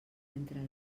entre